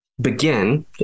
Begin